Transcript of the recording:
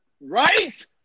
Right